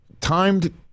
timed